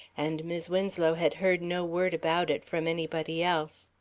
and mis' winslow had heard no word about it from anybody else.